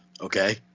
Okay